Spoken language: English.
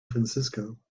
francisco